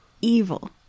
evil